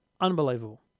Unbelievable